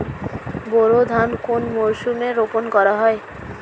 বোরো ধান কোন মরশুমে রোপণ করা হয়?